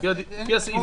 לפי הסעיף הזה.